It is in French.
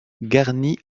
garnie